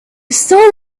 soul